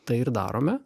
tai ir darome